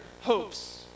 hopes